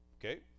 okay